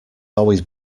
always